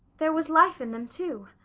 there was life in them, too.